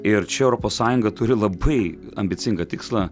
ir čia europos sąjunga turi labai ambicingą tikslą